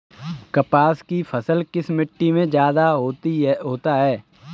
कपास की फसल किस मिट्टी में ज्यादा होता है?